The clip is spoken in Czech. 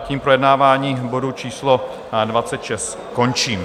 Tím projednávání bodu číslo 26 končím.